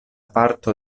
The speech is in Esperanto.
parto